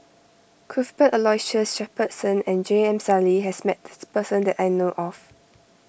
Cuthbert Aloysius Shepherdson and J M Sali has met this person that I know of